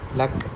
luck